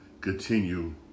continue